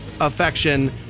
affection